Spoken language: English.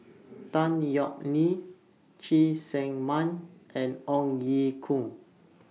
Tan Yeok Nee Cheng Tsang Man and Ong Ye Kung